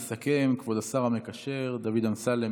יסכם כבוד השר המקשר דוד אמסלם.